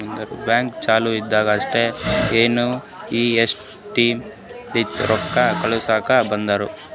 bank ಚಾಲು ಇದ್ದಾಗ್ ಅಷ್ಟೇ ಎನ್.ಈ.ಎಫ್.ಟಿ ಲಿಂತ ರೊಕ್ಕಾ ಕಳುಸ್ಲಾಕ್ ಬರ್ತುದ್